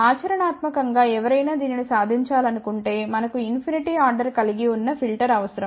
ఆచరణాత్మకం గా ఎవరైనా దీనిని సాధించాలనుకుంటే మనకు ఇన్ఫినిటి ఆర్డర్ కలిగివున్న ఫిల్టర్ అవసరం